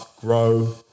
grow